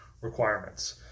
requirements